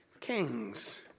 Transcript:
kings